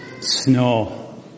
Snow